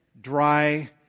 dry